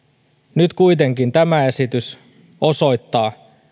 nyt kuitenkin tämä esitys osoittaa